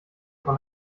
von